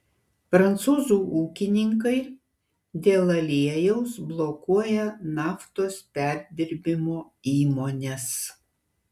prancūzų ūkininkai dėl aliejaus blokuoja naftos perdirbimo įmones